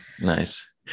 Nice